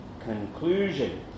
conclusion